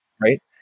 right